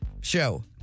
show